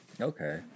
Okay